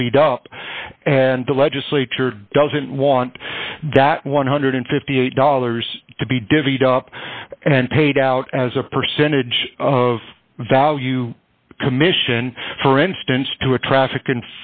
divvied up and the legislature doesn't want that one hundred and fifty eight dollars to be divvied up and paid out as a percentage of value commission for instance to a traffic and